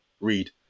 read